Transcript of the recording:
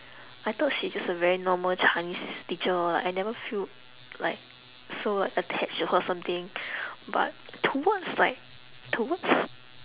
I thought she's just a very normal chinese teacher like I never feel like so like attached to her something but towards like towards